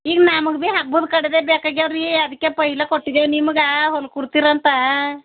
ಈಗ ನಮಗೆ ಭೀ ಹಬ್ಬದ ಕಡೇದ ಬೇಕಾಗ್ಯಾವ ರೀ ಅದಕ್ಕೆ ಪೈಲೆ ಕೊಟ್ಟಿದ್ದೇವೆ ನಿಮಗೆ ಹೊಲ್ಕೊಡ್ತೀರಂತ